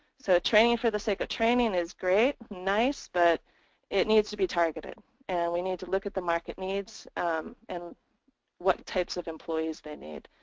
so training for the sake of training is great and nice but it needs to be targeted and we need to look at the market needs and what types of employees they need.